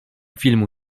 filmu